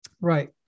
right